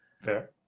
Fair